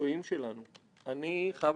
וזה הכול בזכותם.